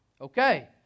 Okay